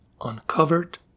uncovered